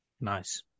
Nice